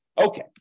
Okay